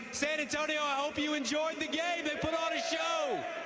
san antonio, i hope you enjoyed the game, they put on a show!